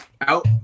Out